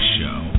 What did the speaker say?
Show